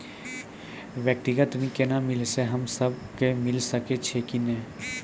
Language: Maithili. व्यक्तिगत ऋण केना मिलै छै, हम्मे सब कऽ मिल सकै छै कि नै?